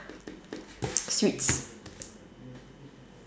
sweets